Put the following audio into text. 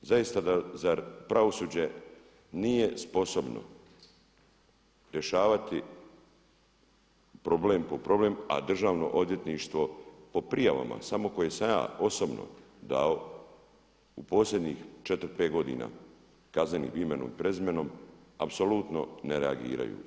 Zaista zar pravosuđe nije sposobno rješavati problem po problem a državno odvjetništvo po prijavama samo koje sam ja osobno dao u posljednjih 4, 5 godina kaznenih imenom i prezimenom apsolutno ne reagiraju.